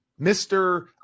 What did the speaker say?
Mr